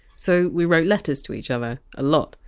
so we wrote letters to each other, a lot,